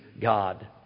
God